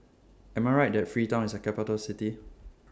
Am I Right that Freetown IS A Capital City